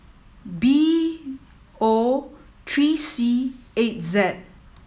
B O three C eight Z